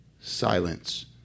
silence